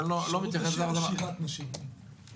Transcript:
אז אני לא מתייחס --- שירות נשים או שירת נשים?